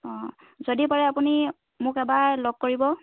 অঁ যদি পাৰে আপুনি মোক এবাৰ লগ কৰিব